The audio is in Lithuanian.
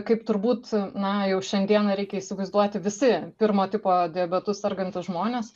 kaip turbūt na jau šiandieną reikia įsivaizduoti visi pirmo tipo diabetu sergantys žmonės